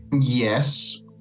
Yes